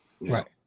Right